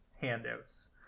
handouts